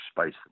space